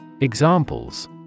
Examples